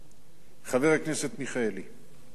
חבר הכנסת מיכאלי,